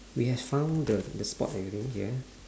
we have found the the spot that we didn't get